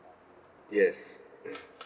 yes